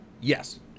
Yes